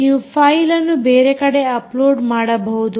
ನೀವು ಫೈಲ್ ಅನ್ನು ಬೇರೆ ಕಡೆ ಅಪ್ಲೋಡ್ ಮಾಡಬಹುದು